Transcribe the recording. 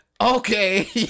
Okay